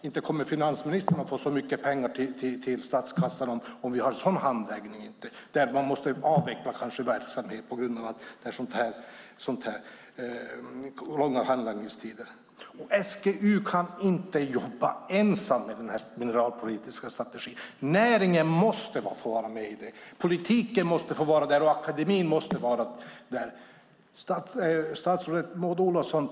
Inte kommer finansministern att få så mycket pengar till statskassan om vi har en sådan handläggning, om man kanske måste avveckla verksamhet på grund av så långa handläggningstider. SGU kan inte jobba ensam med den här mineralpolitiska strategin. Näringen måste få vara med i det, politiken måste få vara där och akademien måste vara där.